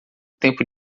tempo